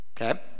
Okay